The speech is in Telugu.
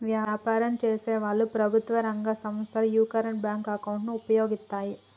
వ్యాపారం చేసేవాళ్ళు, ప్రభుత్వం రంగ సంస్ధలు యీ కరెంట్ బ్యేంకు అకౌంట్ ను వుపయోగిత్తాయి